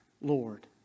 Lord